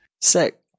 Sick